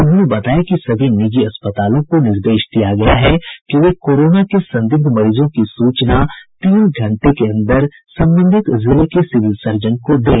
उन्होंने बताया कि सभी निजी अस्पतालों को निर्देश दिया गया है कि वे कोरोना के संदिग्ध मरीजों की सूचना तीन घंटे के अंदर संबंधित जिले के सिविल सर्जन को दें